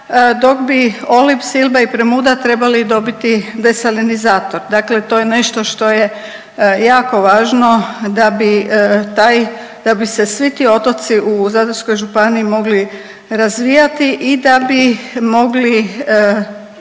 dok bi Olib, Silba i Premuda trebali dobiti desalinizator. Dakle, to je nešto što je jako važno da bi taj, da bi se svi ti otoci u Zadarskoj županiji mogli razvijati i da bi mogli